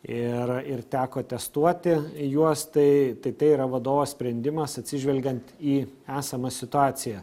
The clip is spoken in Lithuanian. ir ir teko testuoti juos tai tai tai yra vadovo sprendimas atsižvelgiant į esamą situaciją